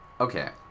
Okay